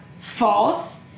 False